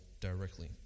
directly